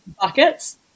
buckets